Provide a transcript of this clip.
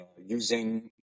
using